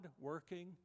working